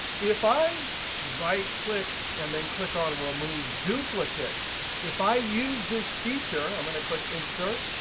if i right click and then click on remove duplicates, if i use this feature i'm going to click insert